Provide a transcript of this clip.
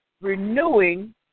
renewing